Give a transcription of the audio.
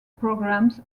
programs